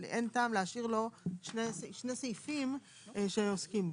אבל אין טעם להשאיר לו שני סעיפים שעוסקים בו.